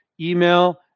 email